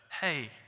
hey